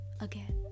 again